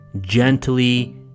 gently